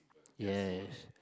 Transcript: yes